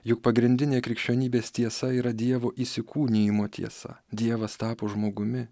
juk pagrindinė krikščionybės tiesa yra dievo įsikūnijimo tiesa dievas tapo žmogumi